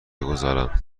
بگذارم